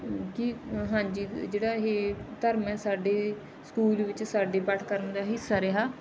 ਜੀ ਹਾਂਜੀ ਜਿਹੜਾ ਇਹ ਧਰਮ ਹੈ ਸਾਡੇ ਸਕੂਲ ਵਿੱਚ ਸਾਡੇ ਪਾਠਕ੍ਰਮ ਦਾ ਹਿੱਸਾ ਰਿਹਾ